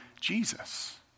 Jesus